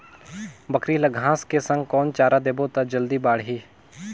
बकरी ल घांस के संग कौन चारा देबो त जल्दी बढाही?